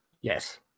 Yes